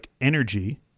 energy